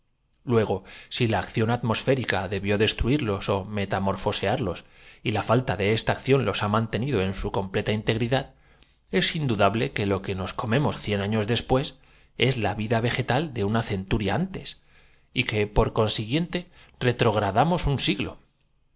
luego si la acción at mosférica debió destruirlos ó metamorfosearlos ben los satélites y así sucedería en efecto si la atmós y la falta de esta acción los ha mantenido en su fera permaneciera inalterable pero como la descom completa pongo en cada vuelta deshago su obra de un día y integridad es indudable que lo que nos comemos cien años después es la vida vegetal de una centuria antes allí donde me paro allí está el ayer veamos cómo se verifica este fenómeno y que por consiguiente retrogradamos un siglo más